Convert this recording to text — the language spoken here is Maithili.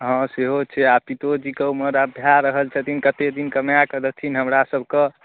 हँ सेहो छै आ पितोजीके ऊमर आब भए रहल छथिन कतेक दिन कमाए कऽ देथिन हमरासब कऽ